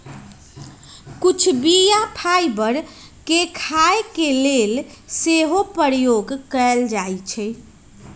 कुछ बीया फाइबर के खाय के लेल सेहो प्रयोग कयल जाइ छइ